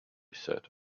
said